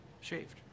shaved